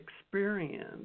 experience